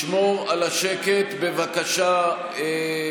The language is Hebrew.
לשמור על השקט, בבקשה.